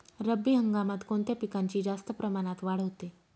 रब्बी हंगामात कोणत्या पिकांची जास्त प्रमाणात वाढ होते?